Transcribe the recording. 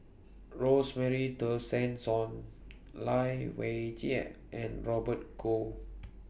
Rosemary Tessensohn Lai Weijie and Robert Goh